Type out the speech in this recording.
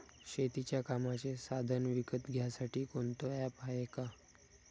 शेतीच्या कामाचे साधनं विकत घ्यासाठी कोनतं ॲप हाये का?